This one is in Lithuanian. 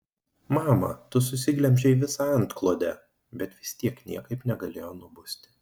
mama tu susiglemžei visą antklodę bet vis tiek niekaip negalėjo nubusti